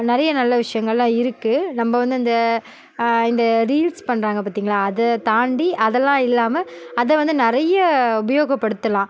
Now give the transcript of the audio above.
நிறைய நல்ல விஷயங்கள்லாம் இருக்குது நம்ம வந்து அந்த இந்த ரீல்ஸ் பண்ணுறாங்க பார்த்தீங்களா அதைத் தாண்டி அதல்லாம் இல்லாமல் அதை வந்து நிறைய உபயோகப்படுத்தலாம்